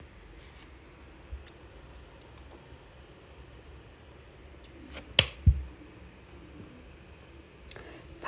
part